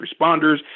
responders